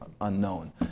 unknown